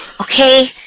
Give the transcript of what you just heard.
Okay